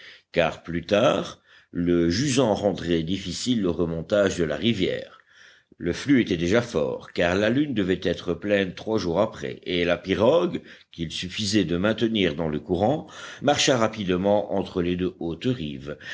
car plus tard le jusant rendrait difficile le remontage de la rivière le flux était déjà fort car la lune devait être pleine trois jours après et la pirogue qu'il suffisait de maintenir dans le courant marcha rapidement entre les deux